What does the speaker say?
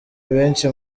benshi